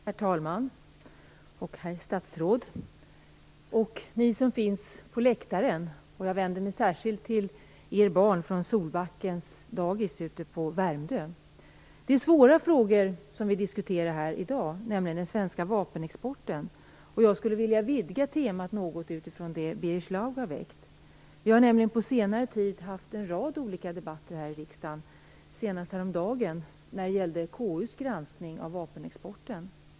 Herr talman! Herr statsråd och ni som sitter på läktaren! Jag vänder mig då särskilt till er barn från Det är svåra frågor som vi diskuterar här i dag, nämligen den svenska vapenexporten. Jag skulle vilja vidga temat något i jämförelse till den interpellation Birger Schlaug har väckt. Vi har nämligen på senare tid haft en rad olika debatter med anknytning till detta här i riksdagen, senast häromdagen när det gällde KU:s granskning av vapenexporten.